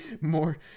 More